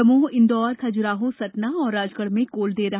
दमोह इंदौर खजराहो सतना एवं राजगढ़ में cold day रहा